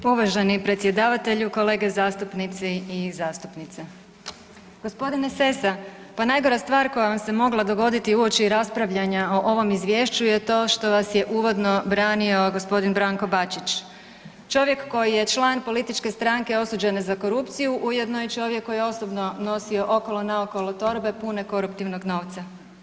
Uvaženi predsjedavatelju, kolege zastupnici i zastupnice, gospodine Sessa pa najgora stvar koja vam se mogla dogoditi uoči raspravljanja o ovom izvješću je to što vas je uvodno branio gospodin Branko Bačić, čovjek koji je član političke stranke osuđene za korupciju ujedno je čovjek koji je osobno nosio okolo naokolo torbe pune koruptivnog novca.